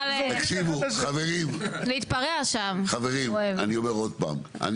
תקשיבו חברים אני אומר עוד פעם,